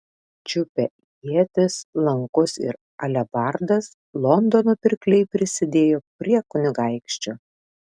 čiupę ietis lankus ir alebardas londono pirkliai prisidėjo prie kunigaikščio